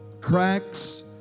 Cracks